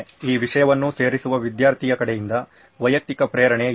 ಈ ವಿಷಯವನ್ನು ಸೇರಿಸುವ ವಿದ್ಯಾರ್ಥಿಯ ಕಡೆಯಿಂದ ವೈಯಕ್ತಿಕ ಪ್ರೇರಣೆ ಏನು